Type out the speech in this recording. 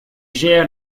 gère